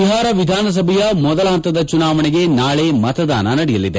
ಬಿಹಾರ ವಿಧಾನಸಭೆಯ ಮೊದಲ ಹಂತದ ಚುನಾವಣೆಗೆ ನಾಳೆ ಮತದಾನ ನಡೆಯಲಿದೆ